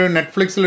Netflix